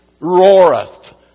roareth